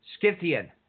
Scythian